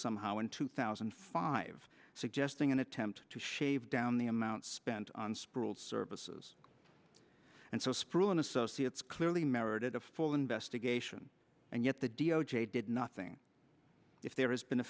somehow in two thousand and five suggesting an attempt to shave down the amount spent on sproule services and so sprue and associates clearly merited a full investigation and yet the d o j did nothing if there has been a